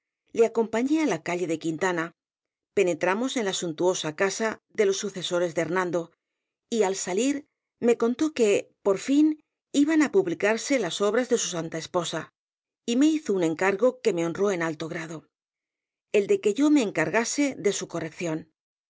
le acompañé á la calle de quintana penetramos en la suntuosa casa de los sucesores de hernando y al salir me contó que por fin iban á publicarse las obras de su santa esposa y me hizo un encargo que me honró en alto grado el de que yo me encargase de su corrección